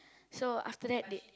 so after that they